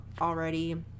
already